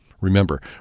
Remember